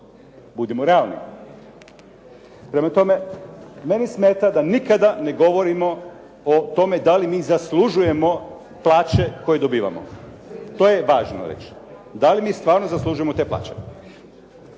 Budimo realni. Prema tome, meni smeta da nikada ne govorimo o tome da li mi zaslužujemo plaće koje dobivamo. To je važno reći. Da li mi stvarno zaslužujemo te plaće.